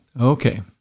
Okay